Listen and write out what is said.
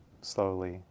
slowly